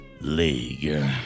League